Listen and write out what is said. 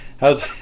How's